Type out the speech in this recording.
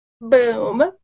Boom